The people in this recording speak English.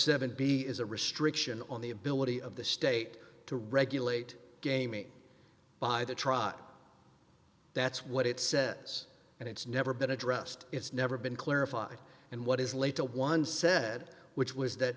seven b is a restriction on the ability of the state to regulate gaming by the tribe that's what it says and it's never been addressed it's never been clarified and what is late to one said which was that